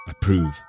Approve